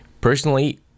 Personally